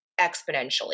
exponentially